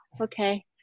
okay